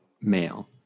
male